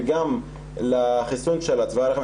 וגם לחיסון של צוואר הרחם.